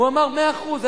והוא אמר: מאה אחוז,